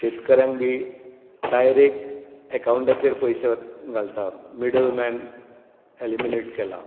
शेतकऱ्यांक बी डायरेक्ट ऍकांवटाचेर पयशें व घालता मिडल मॅन ऍलिमीनेट केला